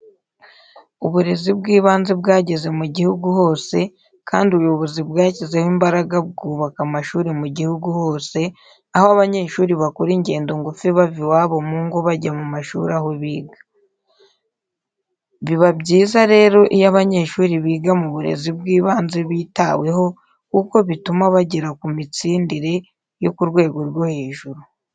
Uburezi bw'ibanze bwageze mu gihugu hose kandi ubuyobozi bwashyizemo imbaraga bwubaka amashuri mu gihugu hose, aho abanyeshuri bakora ingendo ngufi bava iwabo mu ngo bajya ku mashuri aho biga. Biba byiza rero iyo abanyeshuri biga mu burezi bw'ibanze bitaweho kuko bituma bagera ku mitsindire yo ku rwego rwo hejuru.